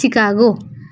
Chicago